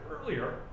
earlier